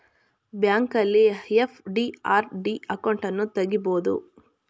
ಬ್ಯಾಂಕಲ್ಲಿ FD, RD ಅಕೌಂಟನ್ನು ತಗಿಬೋದು